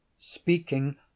Speaking